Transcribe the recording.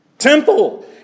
Temple